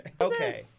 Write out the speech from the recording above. Okay